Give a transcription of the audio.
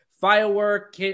Firework